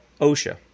OSHA